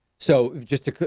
so just to,